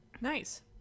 Nice